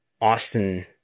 Austin